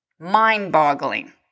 mind-boggling